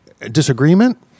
disagreement